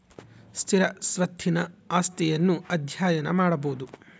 ಸ್ಥಿರ ಸ್ವತ್ತಿನ ಆಸ್ತಿಯನ್ನು ಅಧ್ಯಯನ ಮಾಡಬೊದು